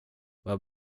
vad